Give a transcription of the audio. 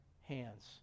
hands